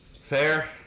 fair